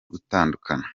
gutandukana